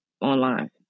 online